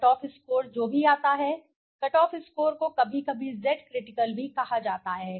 cut off score जो भी आता है कट ऑफ स्कोर को कभी कभी जेड क्रिटिकल भी कहा जाता है